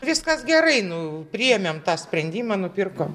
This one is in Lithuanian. viskas gerai nu priėmėm tą sprendimą nupirkom